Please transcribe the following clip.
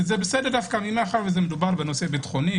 זה בסדר מאחר ומדובר בנושא ביטחוני,